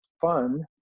fun